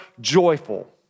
joyful